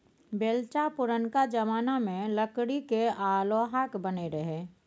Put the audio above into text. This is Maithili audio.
बेलचा पुरनका जमाना मे लकड़ी केर आ लोहाक बनय रहय